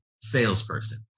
salesperson